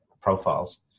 profiles